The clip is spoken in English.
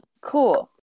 Cool